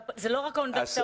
אלה לא רק האוניברסיטאות.